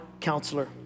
counselor